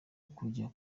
kurya